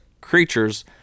creatures